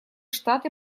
штаты